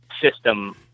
system